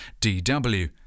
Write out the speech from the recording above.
DW